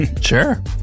sure